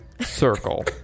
circle